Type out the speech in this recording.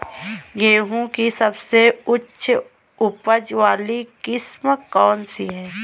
गेहूँ की सबसे उच्च उपज बाली किस्म कौनसी है?